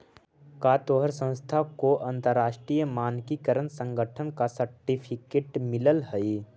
का तोहार संस्था को अंतरराष्ट्रीय मानकीकरण संगठन का सर्टिफिकेट मिलल हई